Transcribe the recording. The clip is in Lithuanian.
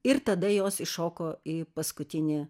ir tada jos įšoko į paskutinį